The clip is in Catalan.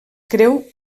creu